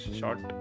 short